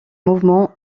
mouvement